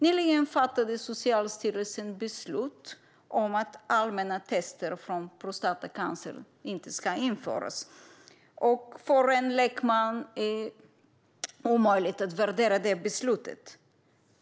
Nyligen fattade Socialstyrelsen beslut om att allmänna tester för prostatacancer inte ska införas. För en lekman är det omöjligt att värdera det beslutet.